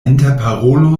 interparolo